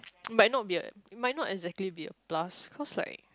it might not be a it might not exactly be a plus cause like